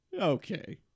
Okay